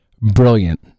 Brilliant